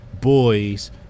boys